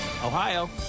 Ohio